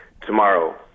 tomorrow